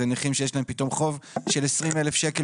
זה נכים שיש להם פתאום חוב של 20,000 שקל